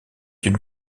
une